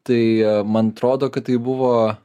tai man atrodo kad tai buvo